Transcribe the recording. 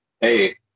hey